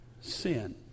sin